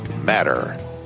matter